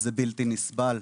זה בלתי נסבל,